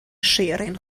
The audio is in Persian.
شیرین